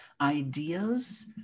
ideas